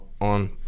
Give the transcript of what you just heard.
on